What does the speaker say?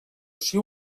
així